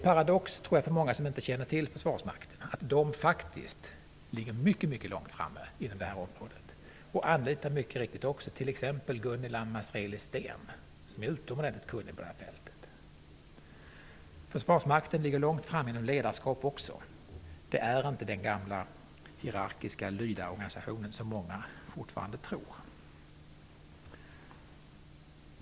För många som inte känner till så mycket om försvarsmakten är det kanske en paradox att man där ligger mycket långt framme på detta område. Man anlitar mycket riktigt t.ex. Gunnilla Masreliz Steen, som är utomordentligt kunnig på det här området. Försvarsmakten ligger också långt framme när det gäller ledarskap. Den är inte den gamla, hiearkiska lydarorganisationen som många fortfarande tror.